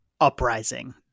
uprising